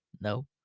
no